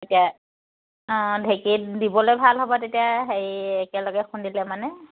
এতিয়া অঁ ঢেঁকী দিবলৈ ভাল হ'ব তেতিয়া হেৰি একেলগে খুন্দিলে মানে